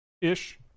ish